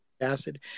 acid